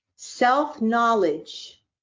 Self-knowledge